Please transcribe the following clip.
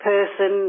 person